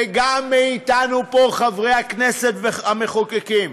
וגם מאתנו פה, חברי הכנסת והמחוקקים: